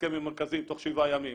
הסכם עם המרכזים תוך שבעה ימים.